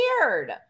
weird